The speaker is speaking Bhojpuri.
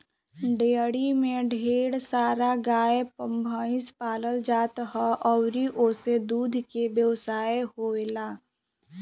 डेयरी में ढेर सारा गाए भइस पालल जात ह अउरी ओसे दूध के व्यवसाय होएला